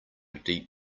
deep